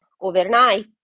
overnight